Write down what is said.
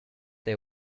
they